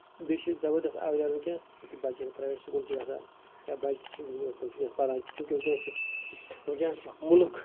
بیٚیہِ چھُ زَبردست آوریار ؤنکیٚس بَچن پریویٹ سکوٗل چھِ گژھان یا بَچہٕ چھِ تِم چھِ حظ پَران چونکہِ وٕنکیٚس چھُ وٕنکیٚس چھُ مُلُک